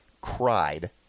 cried